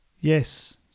Yes